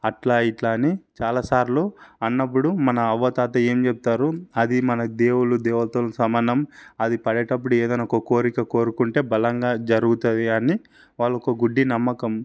అట్లా ఇట్లా అని చాలాసార్లు అన్నప్పుడు మన అవ్వాతాత ఏం చెప్తారు అది మన దేవుళ్ళు దేవతలతో సమానం అది పడ్డేటప్పుడు ఏదైనా ఒక కోరిక కోరుకుంటే బలంగా జరుగుతుంది అని వాళ్ళకు గుడ్డి నమ్మకం